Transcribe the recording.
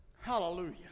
Hallelujah